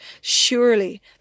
Surely